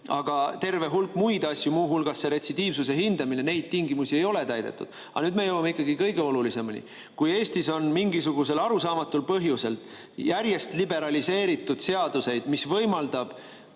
Aga terve hulk muid asju, muu hulgas see retsidiivsuse hindamine – neid tingimusi ei ole täidetud. Aga nüüd me jõuame ikkagi kõige olulisemani. Kui Eestis on mingisugusel arusaamatul põhjusel järjest liberaliseeritud seadusi, mis võimaldab